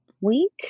week